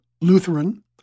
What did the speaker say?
Lutheran